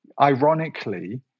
ironically